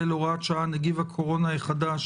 (הוראת שעה)(נגיף הקורונה החדש),